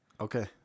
Okay